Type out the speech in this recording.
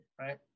right